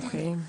אוקיי.